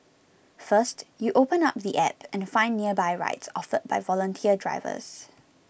first you open up the app and find nearby rides offered by volunteer drivers